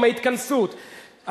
עם ההתכנסות.